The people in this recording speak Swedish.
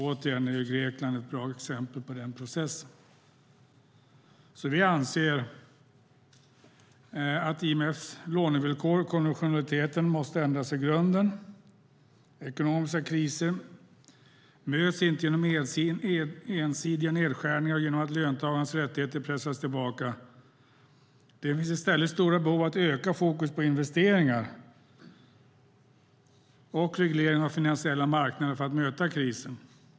Grekland är återigen ett bra exempel på den processen. Vi anser att IMF:s lånevillkor, konditionaliteten, måste ändras i grunden. Den ekonomiska krisen möts inte genom ensidiga nedskärningar och genom att löntagarnas rättigheter pressas tillbaka. Det finns i stället stora behov av att öka fokus på investeringar och regleringar av finansiella marknader för att möta krisen.